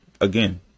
again